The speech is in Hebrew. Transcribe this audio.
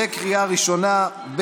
בקריאה ראשונה,